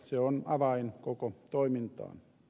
se on avain koko toimintaan